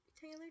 Taylor